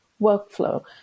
workflow